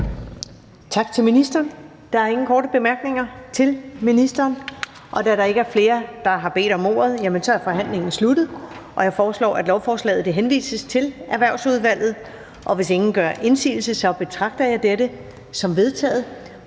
Tak til ministeren. Der er ingen korte bemærkninger til ministeren. Da der ikke er flere, der har bedt om ordet, er forhandlingen sluttet. Jeg foreslår, at lovforslaget henvises til Erhvervsudvalget. Hvis ingen gør indsigelse, betragter jeg dette som vedtaget.